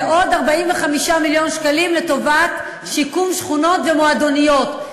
ועוד 45 מיליון שקלים לטובת שיקום שכונות ומועדוניות.